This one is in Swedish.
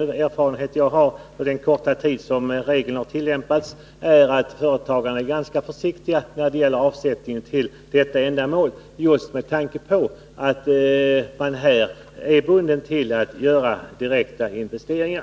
erfarenhet som jag har från den korta tid då reglerna har tillämpats är den att företagarna är ganska försiktiga när det gäller avsättning till detta ändamål just med tanke på att man måste göra direkta investeringar.